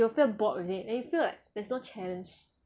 you will feel bored with it and you will feel like there's no challenge